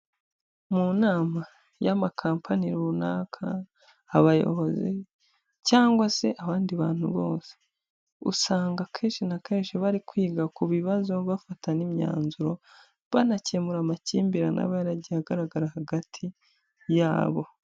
Mu nama y'amakampani runaka abayobozi cyangwa se abandi bantu bose usanga akenshi na kenshi bari kwiga ku bibazo bafata n'imyanzuro banakemura amakimbirane aba yaragiye ahagaragara hagati yabo.